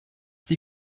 die